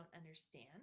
understand